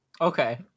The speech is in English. Okay